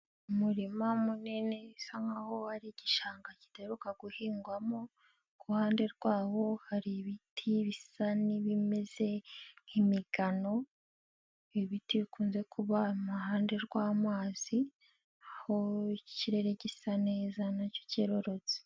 Umurima munini usa nk'aho ari igishanga kidaheruka guhingwamo ku ruhande rwawo hari ibiti bisa n'ibimeze nk'imigano, ibiti bikunze kuba mu ruhande rw'amazi ikirere gisa neza nacyo cyerurutse.